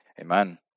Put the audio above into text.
amen